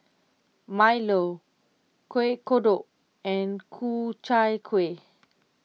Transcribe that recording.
Milo Kuih Kodok and Ku Chai Kuih